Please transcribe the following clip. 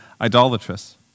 idolatrous